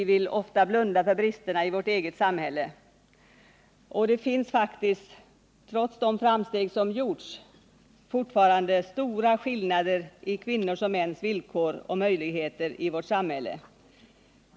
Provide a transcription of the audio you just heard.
Vi vill blunda för bristerna i vårt eget samhälle. Och det finns faktiskt, trots de framsteg som gjorts, fortfarande stora skillnader i kvinnors och mäns villkor och möjligheter i vårt samhälle.